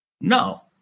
No